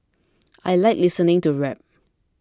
I like listening to rap